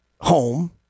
home